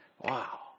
Wow